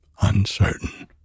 uncertain